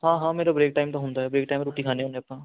ਹਾਂ ਹਾਂ ਮੇਰਾ ਬ੍ਰੇਕ ਟਾਈਮ ਤਾਂ ਹੁੰਦਾ ਹੈ ਬਰੇਕ ਟਾਈਮ ਰੋਟੀ ਖਾਂਦੇ ਹੁੰਦੇ ਆਪਾਂ